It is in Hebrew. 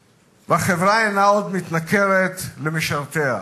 לחברה, והחברה אינה מתנכרת עוד למשרתיה.